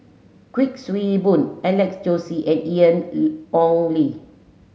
Kuik Swee Boon Alex Josey and Ian Ong Li